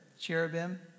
Cherubim